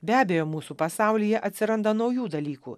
be abejo mūsų pasaulyje atsiranda naujų dalykų